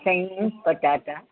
सयूं पटाटा